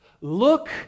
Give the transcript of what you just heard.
Look